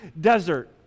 desert